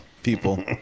People